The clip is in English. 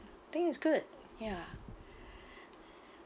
think it's good ya